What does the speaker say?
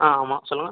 ஆ ஆமாம் சொல்லுங்கள்